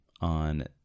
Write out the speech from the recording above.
on